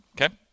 okay